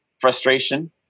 frustration